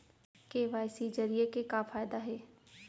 KYC जरिए के का फायदा हे?